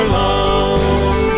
love